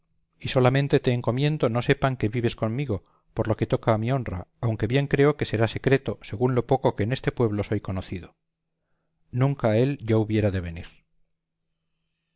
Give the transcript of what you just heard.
y solamente te encomiendo no sepan que vives comigo por lo que toca a mi honra aunque bien creo que será secreto según lo poco que en este pueblo soy conocido nunca a él yo hubiera